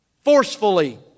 forcefully